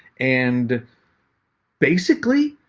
and basically,